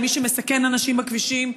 למי שמסכן אנשים בכבישים,